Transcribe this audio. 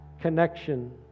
connection